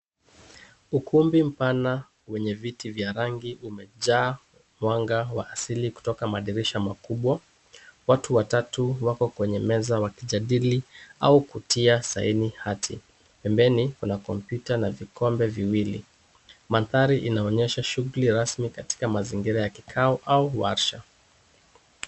Ukumbi mpana wenye viti vya rangi umejaa mwanga wa asili kutoka mandirisha makubwa, watu watatu wako kwenye meza wakijadili au kutia saini hati, pembeni kuna kompyuta na vikombe viwili, mandhari inaonyesha shughuli rasmi katika mazingira ya kikao au washa.